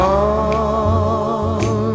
on